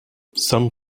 some